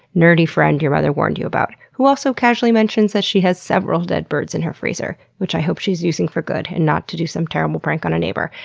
nerdy friend your mother warned you about, who also casually mentions that she has several dead birds in her freezer, which i hope she's using for good and not to do some terrible prank on a neighbor.